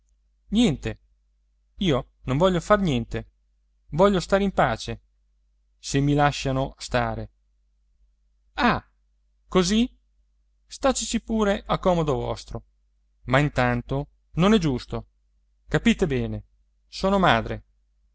niente io non voglio far niente voglio stare in pace se mi ci lasciano stare ah così stateci pure a comodo vostro ma intanto non è giusto capite bene sono madre